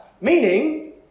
meaning